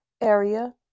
area